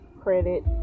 credit